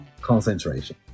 concentration